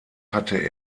hatte